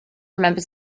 remember